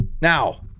Now